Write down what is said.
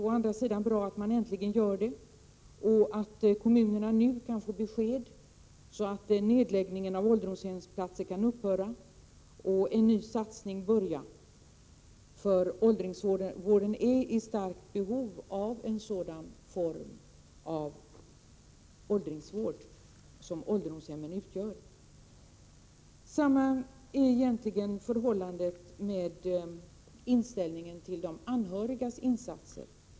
Å andra sidan är det bra att de äntligen gör det och att 2 kommunerna nu får besked, så att nedläggningen av ålderdomshemsplatser kan upphöra och en ny satsning börja. Åldringsvården är nämligen i starkt behov av en sådan vårdform som ålderdomshemmen utgör. Förhållandet är egentligen detsamma med inställningen till de anhörigas insatser.